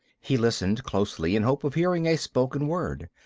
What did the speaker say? he listened closely in hope of hearing a spoken word.